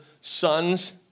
sons